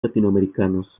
latinoamericanos